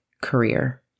career